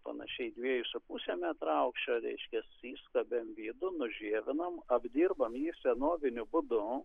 panašiai dviejų su puse metrų aukščio reiškias išskobėm vidų nužievinom apdirbom jį senoviniu būdu